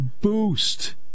boost